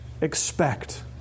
expect